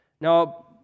Now